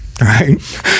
right